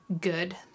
good